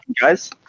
guys